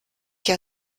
che